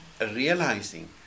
realizing